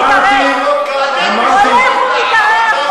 אמר ועוד האף שלו הולך ומתארך,